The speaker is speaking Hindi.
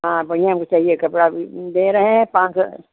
हाँ बढ़िया हमको चाहिए कपड़ा अभी दे रहे हैं पाँच सौ